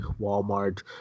Walmart